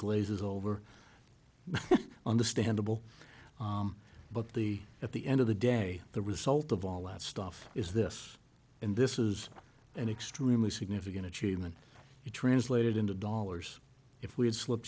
glazes over understandable but the at the end of the day the result of all that stuff is this and this is an extremely significant achievement translated into dollars if we had slipped